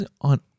on